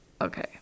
Okay